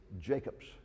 Jacobs